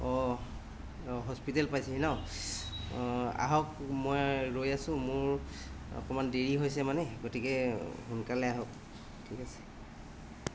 অঁ হস্পিতেল পাইছেহি ন আহক মই ৰৈ আছো মোৰ অকণমান দেৰি হৈছে মানে গতিকে সোনকালে আহক ঠিক আছে